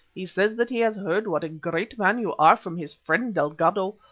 he says that he has heard what a great man who are from his friend, delgado,